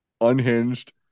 unhinged